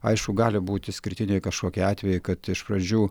aišku gali būt išskirtiniai kažkokie atvejai kad iš pradžių